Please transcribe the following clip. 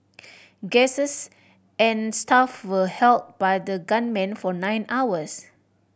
guesses and staff were held by the gunmen for nine hours